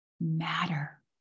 matter